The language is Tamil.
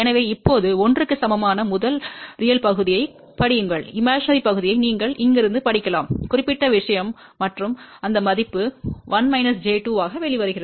எனவே இப்போது 1 க்கு சமமான முதல் உண்மையான பகுதியைப் படியுங்கள் கற்பனையான பகுதியை நீங்கள் இங்கிருந்து படிக்கலாம் குறிப்பிட்ட விஷயம் மற்றும் அந்த மதிப்பு 1 j 2 ஆக வெளிவருகிறது